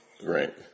Right